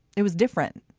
it was different.